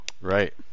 Right